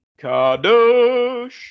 Kadosh